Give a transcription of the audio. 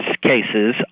cases